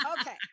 okay